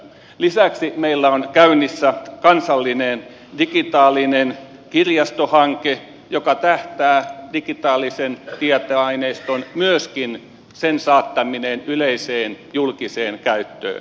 lisäksi meillä on käynnissä kansallinen digitaalinen kirjasto hanke joka tähtää digitaalisen tietoaineiston saattamiseen yleiseen julkiseen käyttöön